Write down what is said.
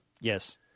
Yes